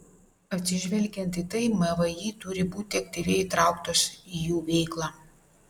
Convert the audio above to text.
atsižvelgiant į tai mvį turi būti aktyviai įtrauktos į jų veiklą